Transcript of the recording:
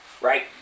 right